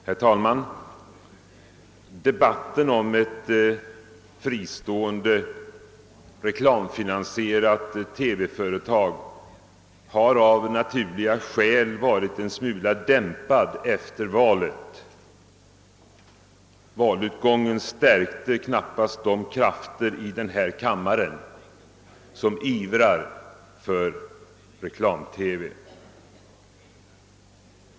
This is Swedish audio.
Herr talman! Debatten om ett fristående reklamfinansierat TV-företag har av naturliga skäl varit en smula dämpad efter valet. Valutgången stärkte knappast de krafter i denna kammare som ivrar för reklam-TV.